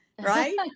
right